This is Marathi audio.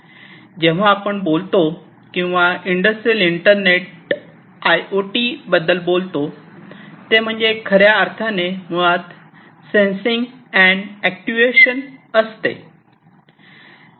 जेव्हा आपण बोलतो किंवा इंडस्ट्रियल इंटरनेट किंवा इंडस्ट्रियल आय ओ टी याबद्दल बोलतो ते म्हणजे खऱ्या अर्थाने मुळात सेन्सिंग अँड अॅक्ट्युएशन असते